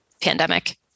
pandemic